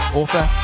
author